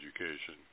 education